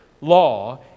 law